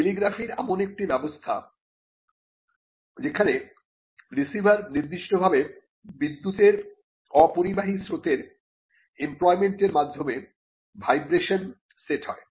টেলিগ্রাফির এমন একটি ব্যবস্থা যেখানে রিসিভার নির্দিষ্টভাবে বিদ্যুৎ এর অপরিবাহী স্রোতের এম্প্লয়মেন্ট এর মাধ্যমে ভাইব্রেশনে সেট হয়